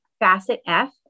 FACET-F